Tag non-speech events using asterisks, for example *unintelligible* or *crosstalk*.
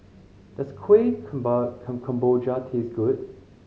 does Kueh *unintelligible* Kemboja taste good